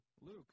Luke